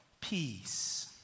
Peace